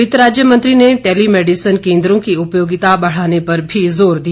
वित्त राज्य मंत्री ने टेली मेडिसन केंद्रों की उपयोगिता बढ़ाने पर भी जोर दिया